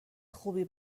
خوبی